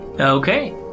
Okay